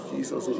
Jesus